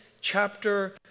chapter